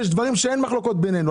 יש דברים שאין עליהם מחלוקות בינינו.